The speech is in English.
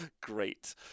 Great